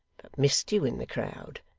missed you in the crowd.